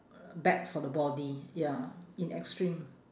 bad for the body ya in extreme